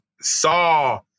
saw